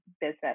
business